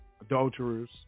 adulterers